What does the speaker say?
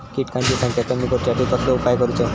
किटकांची संख्या कमी करुच्यासाठी कसलो उपाय करूचो?